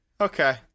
Okay